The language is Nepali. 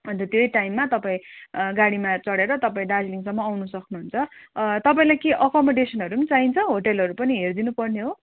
अन्त त्यही टाइम तपाईँ गाडीमा चढेर तपाईँ दार्जिलिङसम्म आउनु सक्नुहुन्छ तपाईँलाई के अकमोडेसनहरू पनि चाहिन्छ होटलहरू पनि हेरिदिनुपर्ने हो